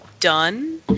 done